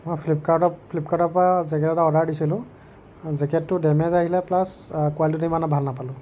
মই ফ্লিপকাৰ্টৰ ফ্লিপকাৰ্টৰ পৰা জেকেট এটা অৰ্ডাৰ দিছিলোঁ জেকেটটো ডেমেজ্ড আহিলে প্লাছ কুৱালিটি ইমানো ভাল নাপালোঁ